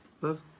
love